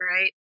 right